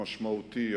המשמעותי,